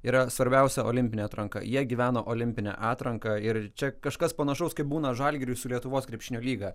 yra svarbiausia olimpinė atranka jie gyveno olimpine atranka ir čia kažkas panašaus kaip būna žalgiriui su lietuvos krepšinio lyga